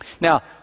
Now